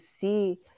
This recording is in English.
see